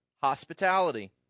hospitality